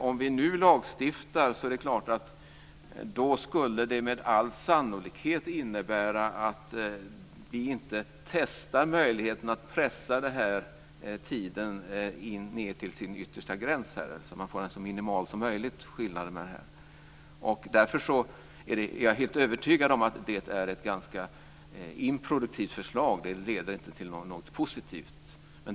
Om vi nu lagstiftade är det klart att det med all sannolikhet skulle innebära att vi inte testar möjligheten att pressa den här tiden ned till dess yttersta gräns, så att man får skillnaden så minimal som möjligt. Därför är jag helt övertygad om att det är ett ganska improduktivt förslag. Det leder inte till något positivt.